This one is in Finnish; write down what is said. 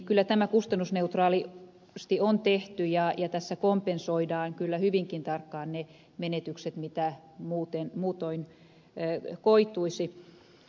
kyllä tämä kustannusneutraalisti on tehty ja tässä kompensoidaan hyvinkin tarkkaan ne menetykset mitä muutoin koituisi